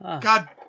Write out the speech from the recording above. God